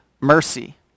mercy